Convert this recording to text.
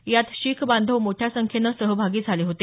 यात शीख बांधव मोठ्या संख्येन सहभागी झाले होते